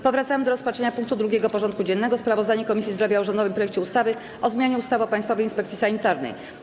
Powracamy do rozpatrzenia punktu 2. porządku dziennego: Sprawozdanie Komisji Zdrowia o rządowym projekcie ustawy o zmianie ustawy o Państwowej Inspekcji Sanitarnej.